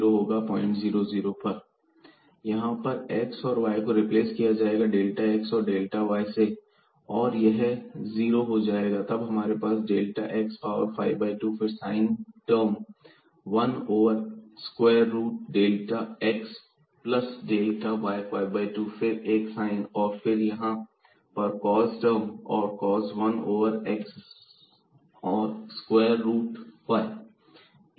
fxyx52sin 1x y52cos 1y x≠0y≠0 0elsewhere zaxbΔy1x2y यहां पर x और y को रिप्लेस किया जाएगा डेल्टा x और डाटा y से और यह जीरो हो जाएगा तब हमारे पास डेल्टा x पावर 52 फिर sine term 1 over square root delta x plus delta y 5 2 फिर एक साइन और फिर यहां पर cos टर्म और cos 1 over square root y